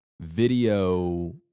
video